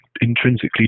intrinsically